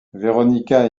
veronica